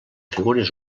figures